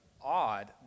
odd